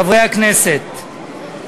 חברי הכנסת,